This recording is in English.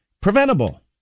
Preventable